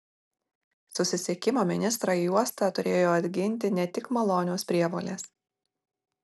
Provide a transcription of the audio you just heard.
susisiekimo ministrą į uostą turėjo atginti ne tik malonios prievolės